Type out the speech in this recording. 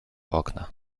okna